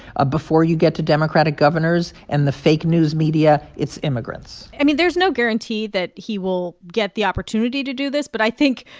ah before you get to democratic governors and the fake news media, it's immigrants i mean, there's no guarantee that he will get the opportunity to do this. but i think,